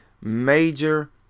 major